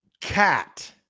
Cat